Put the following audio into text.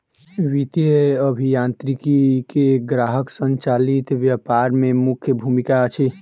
वित्तीय अभियांत्रिकी के ग्राहक संचालित व्यापार में मुख्य भूमिका अछि